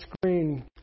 screen